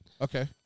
Okay